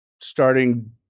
starting